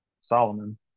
Solomon